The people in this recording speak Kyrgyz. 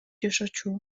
жашачу